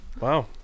Wow